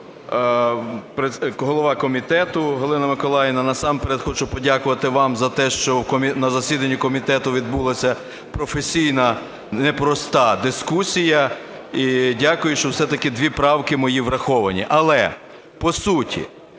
шановна голово комітету Галина Миколаївна! Насамперед хочу подякувати вам за те, що на засіданні комітету відбулася професійна непроста дискусія, і дякую, що все-таки дві правки мої враховані. Але по суті,